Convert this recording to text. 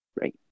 Right